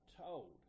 told